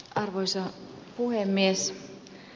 arvoisa puhemies